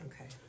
Okay